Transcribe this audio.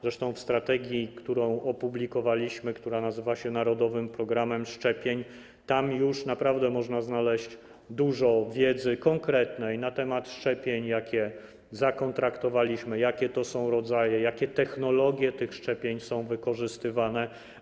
Zresztą w strategii, którą opublikowaliśmy, która nazywa się: narodowy program szczepień, już naprawdę można znaleźć dużo konkretnej wiedzy na temat szczepień, jakie zakontraktowaliśmy, jakie to są rodzaje, jakie technologie tych szczepień są wykorzystywane.